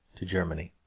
to germany.